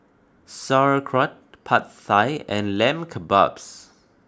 Sauerkraut Pad Thai and Lamb Kebabs